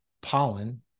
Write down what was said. pollen